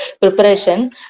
preparation